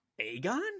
Aegon